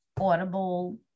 Audible